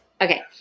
Okay